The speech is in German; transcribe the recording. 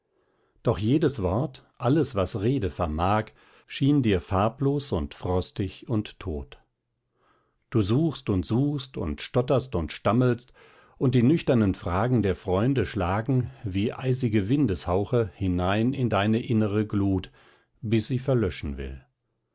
doch jedes wort alles was rede vermag schien dir farblos und frostig und tot du suchst und suchst und stotterst und stammelst und die nüchternen fragen der freunde schlagen wie eisige windeshauche hinein in deine innere glut bis sie verlöschen will